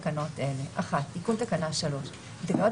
מתקינה ממשלת ישראל תקנות אלה: תיקון תקנה 31. בתקנות